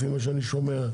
לפי מה שאני שומע,